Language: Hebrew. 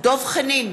דב חנין,